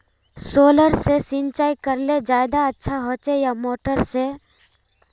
Solar से सिंचाई करले ज्यादा अच्छा होचे या मोटर से?